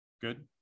Good